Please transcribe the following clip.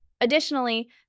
Additionally